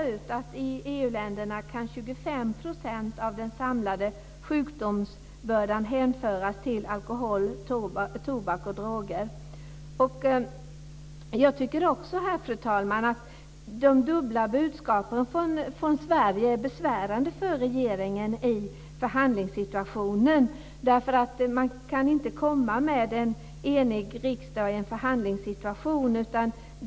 Fru talman! Man kan inte komma med en enig riksdag bakom sig i en förhandlingssituation.